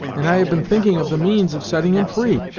and i have been thinking of the means of setting him free.